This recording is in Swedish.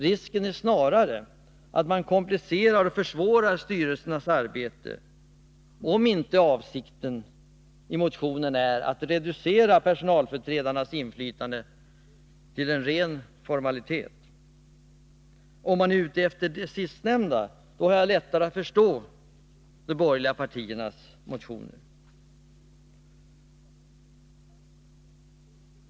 Risken är snarare att man komplicerar och försvårar styrelsernas arbete — om inte avsikten med yrkandena i motionerna är att reducera personalföreträdarnas inflytande till en formalitet. Är man ute efter det sistnämnda har jag lättare att förstå de borgerliga partiernas motioner.